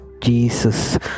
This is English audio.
Jesus